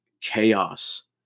chaos